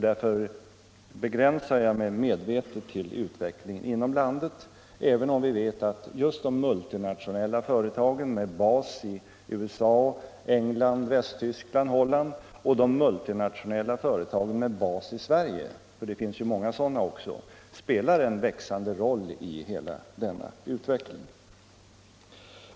Därför begränsar jag mig medvetet till utvecklingen inom landet, även om vi vet att just de multinationella företagen med bas i USA, England, Västtyskland och Holland och de multinationella företagen med bas i Sverige — det finns ju många sådana också — spelar en växande roll i hela denna utveckling.